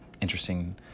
interesting